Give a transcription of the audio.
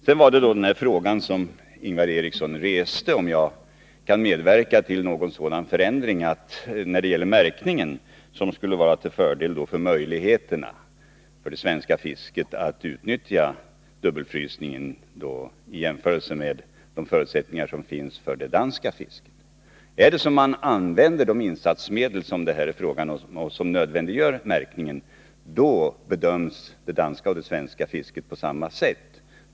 Sedan reste Ingvar Eriksson frågan om jag kan medverka till en sådan förändring när det gäller märkningen som skulle innebära förbättrade möjligheter för det svenska fisket att utnyttja dubbelfrysningen i jämförelse med det danska fisket. Om man använder de tillsatsmedel som det här är fråga om och som nödvändiggör märkningen, då bedöms det danska och det svenska fisket på samma sätt.